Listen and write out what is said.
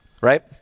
right